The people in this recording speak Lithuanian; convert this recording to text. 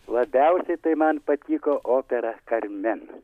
labiausiai tai man patiko opera karmen